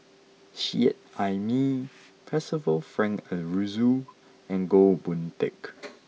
Seet Ai Mee Percival Frank Aroozoo and Goh Boon Teck